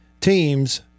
teams